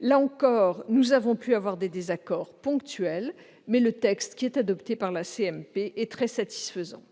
Là encore, nous avons pu avoir des désaccords ponctuels, mais le texte adopté par la CMP est très satisfaisant.